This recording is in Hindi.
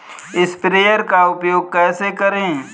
स्प्रेयर का उपयोग कैसे करें?